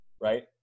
right